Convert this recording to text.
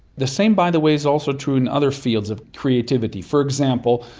the same by the way is also true in other fields of creativity. for example,